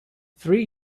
three